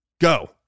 Go